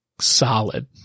solid